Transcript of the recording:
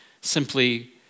simply